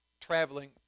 traveling